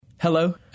Hello